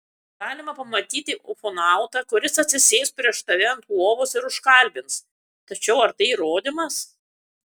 galima pamatyti ufonautą kuris atsisės prieš tave ant lovos ir užkalbins tačiau ar tai įrodymas